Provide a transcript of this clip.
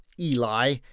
Eli